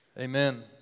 Amen